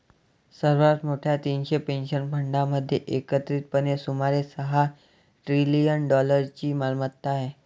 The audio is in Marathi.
सर्वात मोठ्या तीनशे पेन्शन फंडांमध्ये एकत्रितपणे सुमारे सहा ट्रिलियन डॉलर्सची मालमत्ता आहे